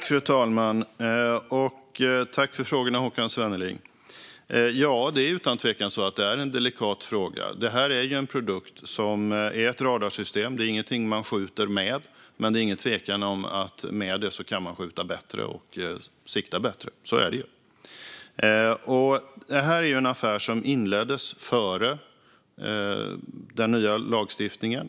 Fru talman! Jag tackar för frågorna, Håkan Svenneling. Ja, det är utan tvivel så att det är en delikat fråga. Den här produkten är ett radarsystem. Det är inget man skjuter med, men det råder inget tvivel om att med hjälp av det systemet siktar och skjuter man bättre. Så är det. Den här affären inleddes före den nya lagstiftningen.